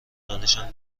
دانشم